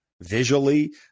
visually